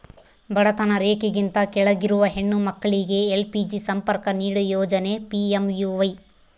ಬಡತನ ರೇಖೆಗಿಂತ ಕೆಳಗಿರುವ ಹೆಣ್ಣು ಮಕ್ಳಿಗೆ ಎಲ್.ಪಿ.ಜಿ ಸಂಪರ್ಕ ನೀಡೋ ಯೋಜನೆ ಪಿ.ಎಂ.ಯು.ವೈ